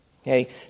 Okay